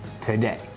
today